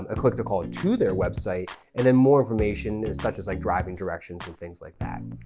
ah click to call ah to their website, and then more information such as like driving directions and things like that.